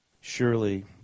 Surely